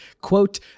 quote